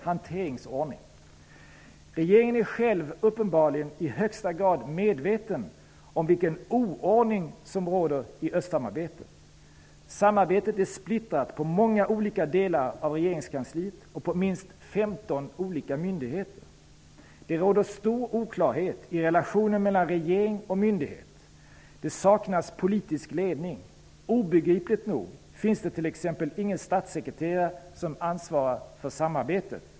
Hanteringsordning: Regeringen är själv uppenbarligen i högsta grad medveten om vilken oordning som råder i östsamarbetet. Samarbetet är splittrat på många olika delar av regeringskansliet och på minst 15 olika myndigheter. Det råder stor oklarhet i relationen mellan regering och myndighet. Det saknas politisk ledning. Obegripligt nog finns det t.ex. ingen statssekreterare som ansvarar för samarbetet.